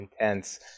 intense